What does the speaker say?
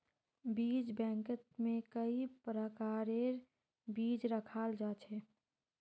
बीज बैंकत में कई प्रकारेर बीज रखाल जा छे